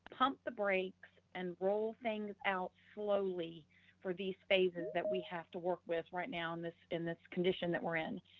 pump the brakes, and roll things out slowly for these phases that we have to work with right now in this in this condition that we're in.